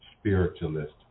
spiritualist